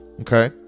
okay